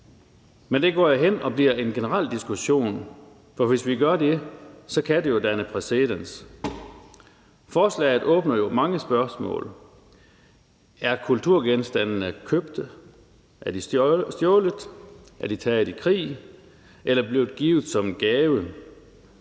men det går hen og bliver en generel diskussion. For hvis vi gør det, kan det jo danne præcedens. Forslaget åbner for mange spørgsmål: Er kulturgenstandene købt? Er de stjålet? Er de blevet taget i krig eller blevet givet som gave?